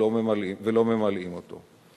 ולא ממלאים אותו.